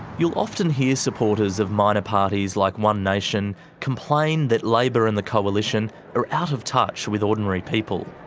you will often hear supporters of minor parties like one nation complain that labor and the coalition are out of touch with ordinary people.